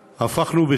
שהפכנו,